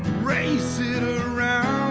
race it ah around